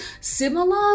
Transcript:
similar